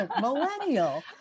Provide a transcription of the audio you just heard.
millennial